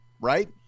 right